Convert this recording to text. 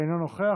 אינו נוכח,